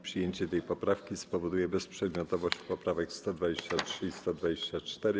Przyjęcie tej poprawki spowoduje bezprzedmiotowość poprawek 123. i 124.